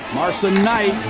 marson-knight,